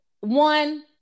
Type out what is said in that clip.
one